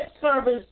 service